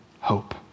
hope